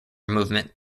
movement